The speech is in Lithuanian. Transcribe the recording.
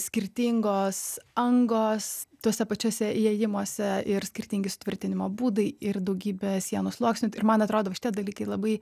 skirtingos angos tuose pačiuose įėjimuose ir skirtingi sutvirtinimo būdai ir daugybė sienos sluoksnių ir man atrodo va šitie dalykai labai